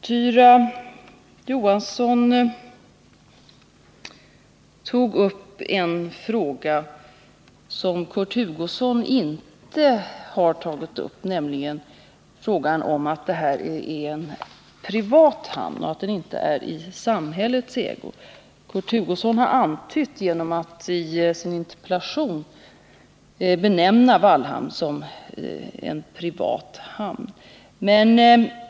Tyra Johansson tog upp en fråga som Kurt Hugosson inte har berört, nämligen frågan om att det här är en privat hamn och alltså inte en hamn i samhällets ägo. Kurt Hugosson har dock antytt det genom att i sin interpellation benämna Vallhamn en privat hamn.